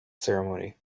ceremony